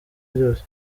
ryose